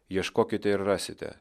ieškokite ir rasite